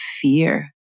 fear